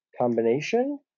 combination